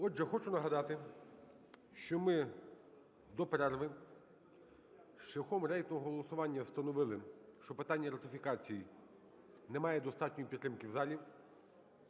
Отже, хочу нагадати, що ми до перерви шляхом рейтингового голосування встановили, що питання ратифікації не має достатньої підтримки в залі.